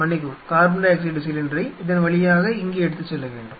மன்னிக்கவும் carbon dioxide சிலிண்டரை இதன் வழியாக இங்கே எடுத்துச் செல்ல வேண்டும்